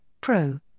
Pro